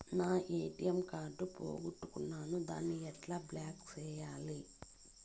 నా ATM card పోగొట్టుకున్నాను, దాన్ని ఎట్లా బ్లాక్ సేయాలి?